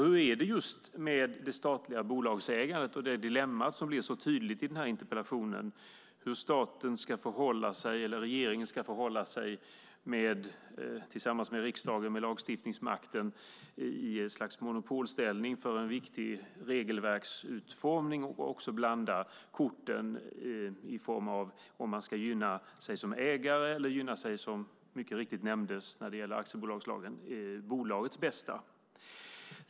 Hur är det just med det statliga bolagsägandet och det dilemma som blir så tydligt i den här interpellationen? Hur ska regeringen förhålla sig tillsammans med riksdagen, med lagstiftningsmakten, i ett slags monopolställning för en viktig regelverksutformning och blanda korten? Ska man gynna sig som ägare eller gynna sig som bolag för dettas bästa? Detta nämndes mycket riktigt när det gäller aktiebolagslagen.